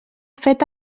fet